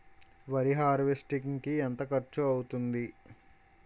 వరి హార్వెస్టింగ్ కి ఎంత ఖర్చు అవుతుంది?